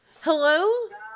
hello